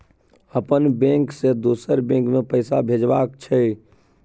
अपन बैंक से दोसर बैंक मे पैसा भेजबाक छै?